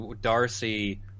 Darcy